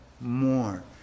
more